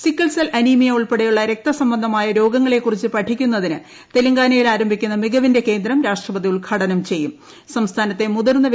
sickle ്ഐൽ anaemia ഉൾപ്പെടെയുളള രക്തസംബന്ധമായ രോഗ്ങ്ങളെ കുറിച്ച് പഠിക്കുന്നതിന് തെലങ്കാനയിൽ ആർട്ടിക്കുന്ന മികവിന്റെ കേന്ദ്രം രാഷ്ട്രപതി ഉദ്ഘാടനം സംസ്ഥാനത്തെ മുതിർന്ന ചെയ്യും